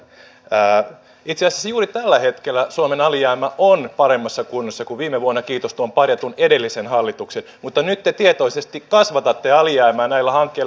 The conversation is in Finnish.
itse asiassa juuri tällä hetkellä suomen alijäämä on paremmassa kunnossa kuin viime vuonna kiitos tuon parjatun edellisen hallituksen mutta nyt te tietoisesti kasvatatte alijäämää näillä hankkeilla